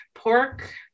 Pork